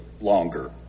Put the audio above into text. longer